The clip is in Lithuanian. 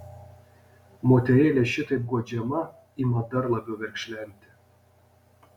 moterėlė šitaip guodžiama ima dar labiau verkšlenti